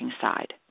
side